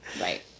Right